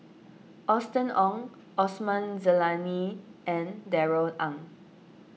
Austen Ong Osman Zailani and Darrell Ang